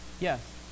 Yes